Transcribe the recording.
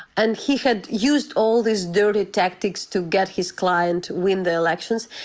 and he had used all these dirty tactics to get his client to win the elections,